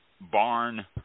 barn